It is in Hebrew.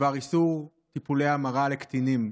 בדבר איסור טיפולי המרה לקטינים.